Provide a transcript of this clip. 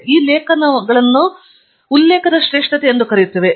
ನಾವು ಕೆಲವು ಲೇಖನಗಳನ್ನು ಉಲ್ಲೇಖದ ಶ್ರೇಷ್ಠತೆ ಎಂದು ಕರೆಯುತ್ತೇವೆ